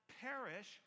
perish